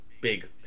big